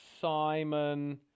Simon